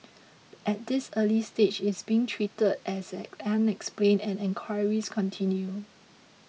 at this early stage it's being treated as unexplained and enquiries continue